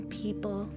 people